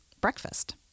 breakfast